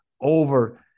over